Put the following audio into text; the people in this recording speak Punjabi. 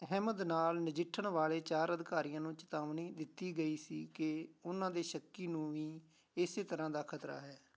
ਅਹਿਮਦ ਨਾਲ ਨਜਿੱਠਣ ਵਾਲੇ ਚਾਰ ਅਧਿਕਾਰੀਆਂ ਨੂੰ ਚਿਤਾਵਨੀ ਦਿੱਤੀ ਗਈ ਸੀ ਕਿ ਉਨ੍ਹਾਂ ਦੇ ਸ਼ੱਕੀ ਨੂੰ ਵੀ ਇਸੇ ਤਰ੍ਹਾਂ ਦਾ ਖ਼ਤਰਾ ਹੈ